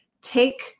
take